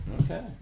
Okay